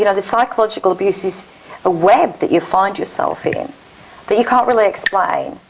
you know the psychological abuse is a web that you find yourself in that you can't really explain,